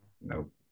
Nope